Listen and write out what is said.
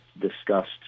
discussed